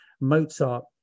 Mozart